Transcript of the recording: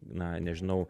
na nežinau